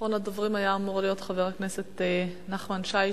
אחרון הדוברים היה אמור להיות חבר הכנסת נחמן שי,